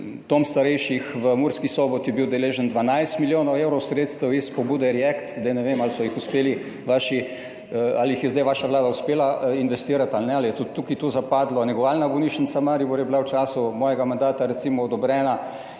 dom starejših v Murski Soboti deležen 12 milijonov evrov sredstev iz pobude React EU, ne vem, ali jih je zdaj vaša vlada uspela investirati ali ne ali je tudi tukaj tu zapadlo. Negovalna bolnišnica Maribor je bila v času mojega mandata recimo odobrena